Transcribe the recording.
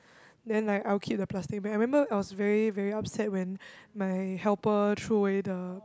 then like I'll keep the plastic bag I remember I was very very upset when my helper threw away the